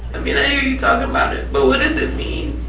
i mean i hear you talking about it but what does it mean?